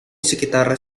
sekitar